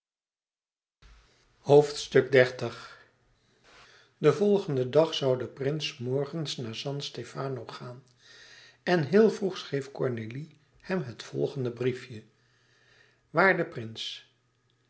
den volgenden dag zoû de prins s morgens naar san stefano gaan en heel vroeg schreef cornélie hem het volgende briefje waarde prins